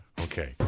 Okay